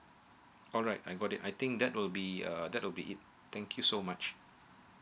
alright I got it I think that will be a that would be it thank you so much